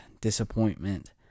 disappointment